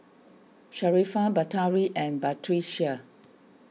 Sharifah Batari and Batrisya